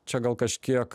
čia gal kažkiek